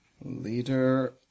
Leader